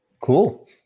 Cool